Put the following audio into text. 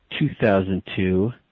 2002